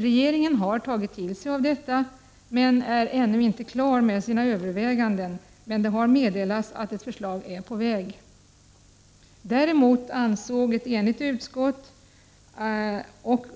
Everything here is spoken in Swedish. Regeringen har tagit till sig av detta, men är ännu inte klar med sina överväganden. Det har dock meddelats att ett förslag är på väg. Däremot ansåg ett enigt utskott